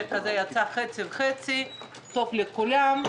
זה יצא חצי חצי, טוב לכולם.